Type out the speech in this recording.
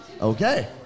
Okay